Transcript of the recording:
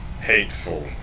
Hateful